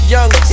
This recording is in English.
Young